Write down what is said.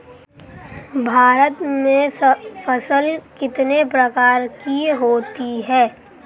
भारत में फसलें कितने प्रकार की होती हैं?